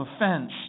offense